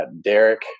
Derek